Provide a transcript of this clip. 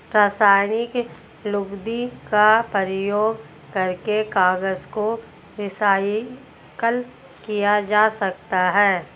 रासायनिक लुगदी का प्रयोग करके कागज को रीसाइकल किया जा सकता है